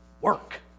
work